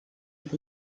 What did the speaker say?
with